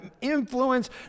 influence